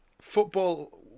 Football